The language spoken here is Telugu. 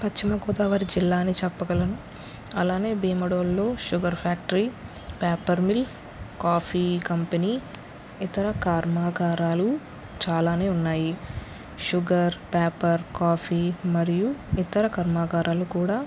పశ్చిమగోదావరి జిల్లా అని చెప్పగలను అలానే భీమడోలో sugar factory paper mill coffee company ఇతర కర్మాగారాలు చాలానే ఉన్నాయి షుగర్ పేపర్ కాఫీ మరియు ఇతర కర్మాగారాలు కూడా